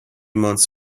months